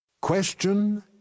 Question